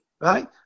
right